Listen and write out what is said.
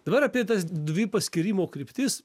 dabar apie tas dvi paskyrimų kryptis